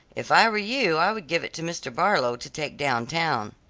if i were you i would give it to mr. barlow to take down town.